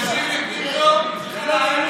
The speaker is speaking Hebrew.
בנט ברעננה, ישן מיכאל,